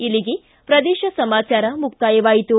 ಇಲ್ಲಿಗೆ ಪ್ರದೇಶ ಸಮಾಚಾರ ಮುಕ್ತಾಯವಾಯಿತು